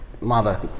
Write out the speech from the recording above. mother